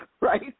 right